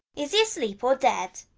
is he asleep or dead?